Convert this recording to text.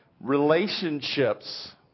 Relationships